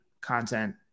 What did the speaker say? content